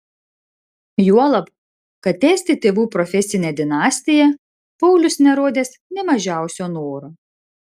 juolab kad tęsti tėvų profesinę dinastiją paulius nerodęs nė mažiausio noro